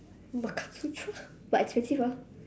makansutra but expensive ah